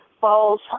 falls